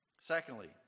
secondly